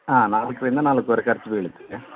ಹಾಂ ನಾಲ್ಕರಿಂದ ನಾಲ್ಕುವರೆ ಖರ್ಚು ಬೀಳುತ್ತೆ